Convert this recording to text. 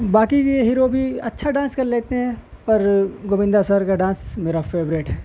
باقی کے ہیرو بھی اچھا ڈانس کر لیتے ہیں پر گووندا سر کا ڈانس میرا فیوریٹ ہے